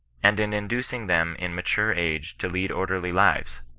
and in inducing them in mature age to lead orderly lives?